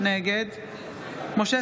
נגד משה